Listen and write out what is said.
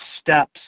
steps